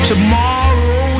Tomorrow